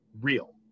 real